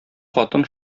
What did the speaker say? хатын